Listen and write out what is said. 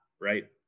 right